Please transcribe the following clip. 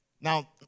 Now